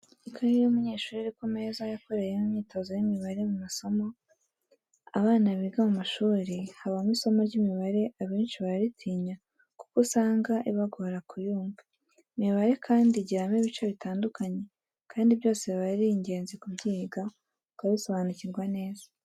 Ikaye y'umunyeshuri iri ku meza yakoreyemo imyitozo y'imibare mu masomo abana biga mu mashuri habamo isomo ry'imibare abanshi bararitinya kuko usanga ibagora kuyumva, imibare kandi igiramo ibice bitandukanye kandi byose biba ari ingenzi kubyiga ukabisobanukirwa neza.